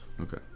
Okay